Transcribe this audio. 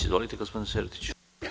Izvolite gospodine Sertiću.